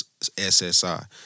SSI